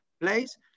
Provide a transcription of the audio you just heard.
place